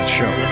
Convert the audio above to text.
show